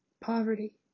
Poverty